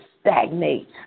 stagnate